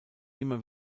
immer